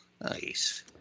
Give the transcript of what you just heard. Nice